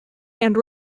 and